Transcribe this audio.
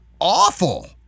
awful